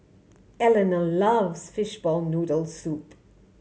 Eleanor loves fishball noodles soup